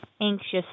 anxious